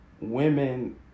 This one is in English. women